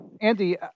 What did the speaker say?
Andy